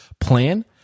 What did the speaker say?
plan